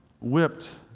whipped